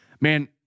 man